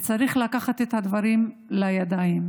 צריך לקחת את הדברים לידיים.